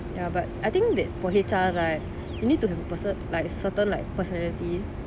ya but I think that for H_R right you need to have person~ like certain like personality